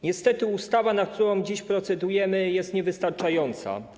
Niestety ustawa, nad którą dziś procedujemy, jest niewystarczająca.